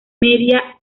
media